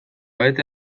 bete